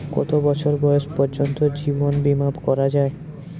কত বছর বয়স পর্জন্ত জীবন বিমা করা য়ায়?